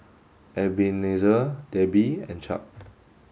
Ebenezer Debby and Chuck